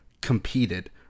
competed